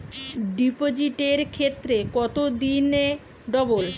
ডিপোজিটের ক্ষেত্রে কত দিনে ডবল?